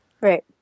Right